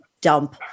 dump